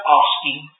asking